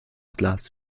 glas